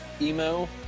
emo